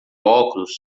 óculos